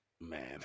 Man